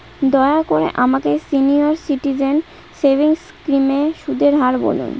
দয়া করে আমাকে সিনিয়র সিটিজেন সেভিংস স্কিমের সুদের হার বলুন